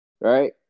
right